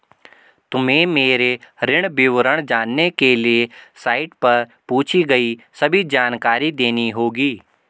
तुम्हें मेरे ऋण विवरण जानने के लिए साइट पर पूछी गई सभी जानकारी देनी होगी